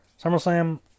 SummerSlam